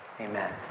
Amen